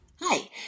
Hi